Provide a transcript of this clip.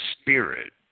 spirit